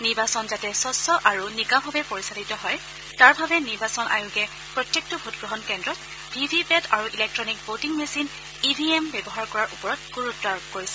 নিৰ্বাচন যাতে স্বচ্ছ আৰু নিকাভাৱে পৰিচালিত হয় তাৰ বাবে নিৰ্বাচন আয়োগে প্ৰত্যেকটো ভোটগ্ৰহণ কেন্দ্ৰত ভি ভি পেট আৰু electronic voting machine EVM ব্যৱহাৰ কৰাৰ ওপৰত গুৰুত্ব আৰোপ কৰিছে